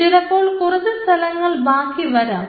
ചിലപ്പോൾ കുറച്ച് സ്ഥലങ്ങൾ ബാക്കി വരാം